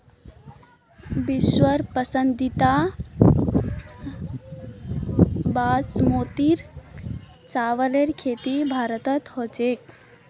विश्व प्रसिद्ध बासमतीर चावलेर खेती भारतत ह छेक